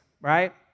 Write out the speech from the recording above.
right